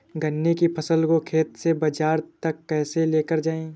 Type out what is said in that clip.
गन्ने की फसल को खेत से बाजार तक कैसे लेकर जाएँ?